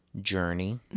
journey